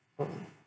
oh